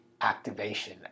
activation